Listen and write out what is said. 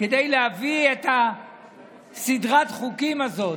כדי להביא את סדרת החוקים הזאת,